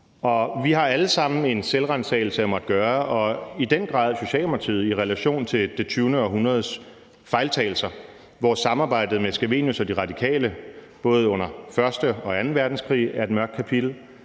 Vi har alle sammen en selvransagelse at måtte foretage, og det gælder i den grad Socialdemokratiet i relation til det 20. århundredes fejltagelser, hvor samarbejdet med Erik Scavenius og De Radikale både under første og anden verdenskrig er et mørkt kapitel,